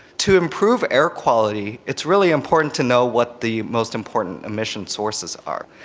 to improve air quality, it's really important to know what the most important emission sources are.